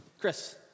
Chris